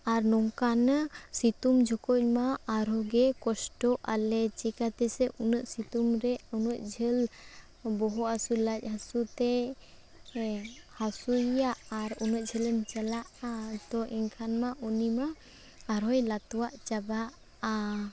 ᱟᱨ ᱱᱚᱝᱠᱟᱱᱟᱜ ᱥᱤᱛᱩᱝ ᱡᱚᱠᱷᱮᱡ ᱢᱟ ᱟᱨᱦᱚᱸᱜᱮ ᱠᱚᱥᱴᱚᱜ ᱟᱞᱮ ᱪᱮᱠᱟᱛᱮ ᱥᱮ ᱩᱱᱟᱹᱜ ᱥᱤᱛᱩᱝᱨᱮ ᱩᱱᱟᱹᱜ ᱡᱷᱟᱹᱞ ᱵᱚᱦᱚᱜ ᱦᱟᱹᱥᱩ ᱞᱟᱡ ᱦᱟᱹᱥᱩᱛᱮ ᱦᱟᱹᱥᱩᱭᱮᱭᱟ ᱟᱨ ᱩᱱᱟᱹᱜ ᱡᱷᱟᱹᱞᱮᱢ ᱪᱟᱞᱟᱜᱼᱟ ᱛᱳ ᱮᱱᱠᱷᱟᱱ ᱢᱟ ᱩᱱᱤ ᱢᱟ ᱟᱨᱦᱚᱸᱭ ᱞᱟᱛᱣᱟᱜ ᱪᱟᱵᱟᱜᱼᱟ